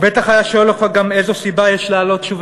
הוא בטח היה שואל אותך גם: איזו סיבה יש להעלות שוב